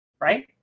right